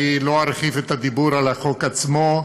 אני לא ארחיב את הדיבור על החוק עצמו,